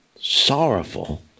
Sorrowful